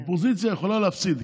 אופוזיציה יכולה להפסיד.